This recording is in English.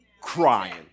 crying